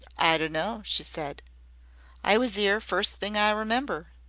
i dunno, she said i was ere first thing i remember.